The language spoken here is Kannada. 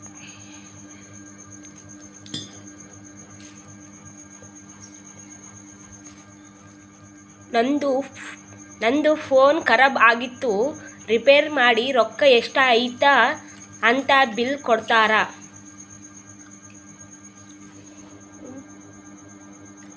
ನಂದು ಫೋನ್ ಖರಾಬ್ ಆಗಿತ್ತು ರಿಪೇರ್ ಮಾಡಿ ರೊಕ್ಕಾ ಎಷ್ಟ ಐಯ್ತ ಅಂತ್ ಬಿಲ್ ಕೊಡ್ತಾರ್